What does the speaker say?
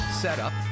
setup